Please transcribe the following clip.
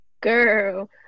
Girl